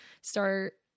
start